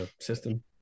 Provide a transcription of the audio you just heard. system